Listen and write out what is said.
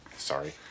Sorry